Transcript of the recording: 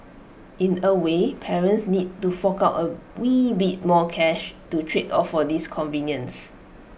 in A way parents need to fork out A wee bit more cash to trade off for this convenience